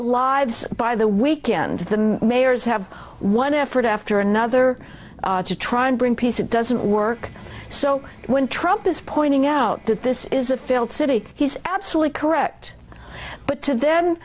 lives by the weekend the mayors have one effort after another to try and bring peace it doesn't work so when trump is pointing out that this is a failed city he's absolutely correct but to then